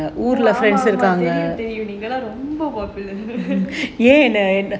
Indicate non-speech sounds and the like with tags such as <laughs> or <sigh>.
தெரியும் தெரியும் நீங்க ரொம்ப:teriyum teriyum neenga romba popular <laughs>